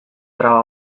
traba